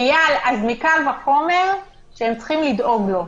איל, אז קל וחומר שהם צריכים לדאוג לו.